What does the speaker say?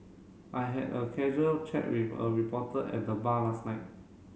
I had a casual chat with a reporter at the bar last night